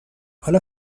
حالا